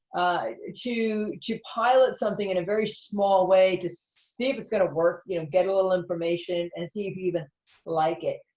to to pilot something in a very small way to see if it's gonna work, you know, get a little information and see if you even like it.